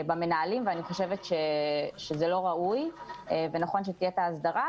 על ידי המוסד להשכלה גבוהה והוא יוכל ליישם את התקנות שקיימות.